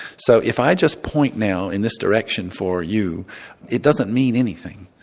so if i just point now in this direction for you it doesn't mean anything,